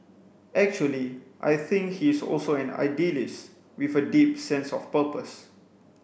actually I think he is also an idealist with a deep sense of purpose